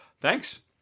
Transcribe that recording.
thanks